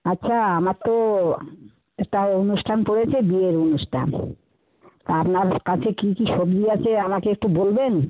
আচ্ছা আমার তো একটা অনুষ্ঠান পড়েছে বিয়ের অনুষ্ঠান তা আপনার কাছে কী কী সবজি আছে আমাকে একটু বলবেন